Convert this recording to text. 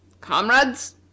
Comrades